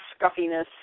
scuffiness